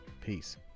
Peace